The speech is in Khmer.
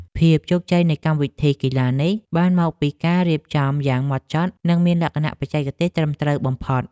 ភាពជោគជ័យនៃកម្មវិធីកីឡានេះបានមកពីការរៀបចំយ៉ាងហ្មត់ចត់ និងមានលក្ខណៈបច្ចេកទេសត្រឹមត្រូវបំផុត។